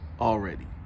already